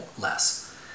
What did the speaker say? less